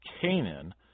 Canaan